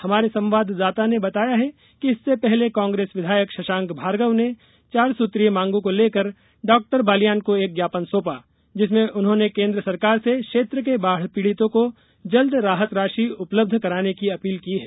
हमारे संवाददाता ने बताया है कि इससे पहले कांग्रेस विधायक शशांक भार्गव ने चार सुत्रीय मांगों को लेकर डॉक्टर बालियान को एक ज्ञापन सौंपा जिसमें उन्होंने केन्द्र सरकार से क्षेत्र के बाढ़ पीड़ितों को जल्द राहत राशि उपलब्ध कराने की अपील की है